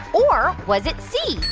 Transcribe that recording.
or was it c,